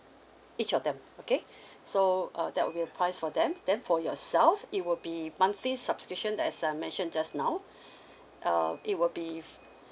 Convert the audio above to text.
each of them okay so uh that will be the price for them then for yourself it will be monthly subscription as I mentioned just now uh it will be